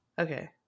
Okay